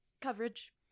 Coverage